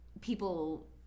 people